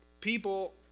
people